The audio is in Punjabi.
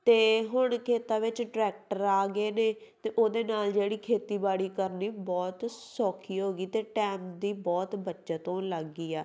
ਅਤੇ ਹੁਣ ਖੇਤਾਂ ਵਿੱਚ ਟਰੈਕਟਰ ਆ ਗਏ ਨੇ ਅਤੇ ਉਹਦੇ ਨਾਲ ਜਿਹੜੀ ਖੇਤੀਬਾੜੀ ਕਰਨੀ ਬਹੁਤ ਸੌਖੀ ਹੋ ਗਈ ਅਤੇ ਟੈਮ ਦੀ ਬਹੁਤ ਬੱਚਤ ਹੋਣ ਲੱਗ ਗਈ ਆ